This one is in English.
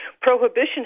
Prohibition